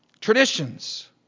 traditions